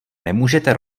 nemůžete